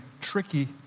tricky